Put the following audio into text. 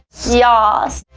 yas.